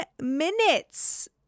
minutes